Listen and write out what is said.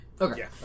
Okay